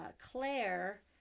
Claire